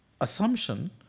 assumption